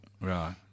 Right